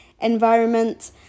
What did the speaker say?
environment